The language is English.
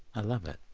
i love it.